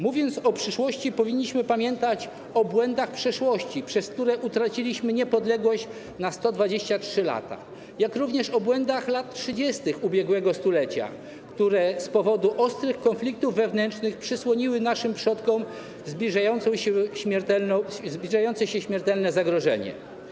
Mówiąc o przyszłości, powinniśmy pamiętać o błędach przeszłości, przez które utraciliśmy niepodległość na 123 lata, jak również o błędach lat 30. ubiegłego stulecia, które z powodu ostrych konfliktów wewnętrznych przesłoniły naszym przodkom zbliżające się śmiertelne zagrożenie.